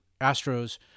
Astros